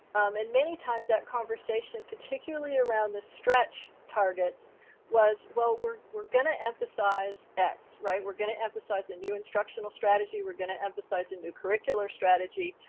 and many times that conversation particularly around the stretch targets was, well we're we're gonna emphasize x. right? we're going to emphasize a new instructional strategy. we're going to emphasize a new curricular strategy.